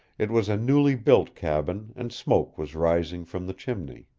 it was a newly built cabin, and smoke was rising from the chimney.